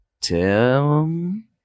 Tim